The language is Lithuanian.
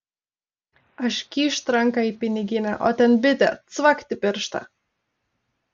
aš kyšt ranką į piniginę o ten bitė cvakt į pirštą